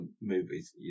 movies